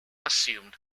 assumed